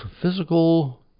physical